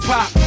Pop